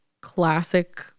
classic